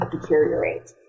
deteriorate